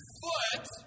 foot